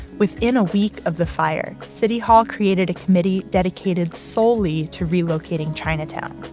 within a week of the fire, city hall created a committee dedicated solely to relocating chinatown.